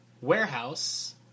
warehouse